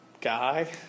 guy